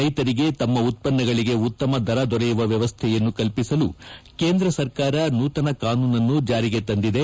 ರೈತರಿಗೆ ತಮ್ನ ಉತ್ತನ್ನಗಳಗೆ ಉತ್ತಮ ದರ ದೊರೆಯುವ ವ್ಯವಸ್ಥೆಯನ್ನು ಕಲ್ಪಿಸಲು ಕೇಂದ್ರ ಸರ್ಕಾರ ನೂತನ ಕಾನೂನನ್ನು ಜಾರಿಗೆ ತಂದಿದೆ